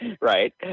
Right